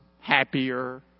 happier